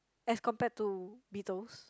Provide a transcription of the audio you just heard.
as compared to beetles